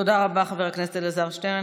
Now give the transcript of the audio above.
תודה רבה, חבר הכנסת אלעזר שטרן.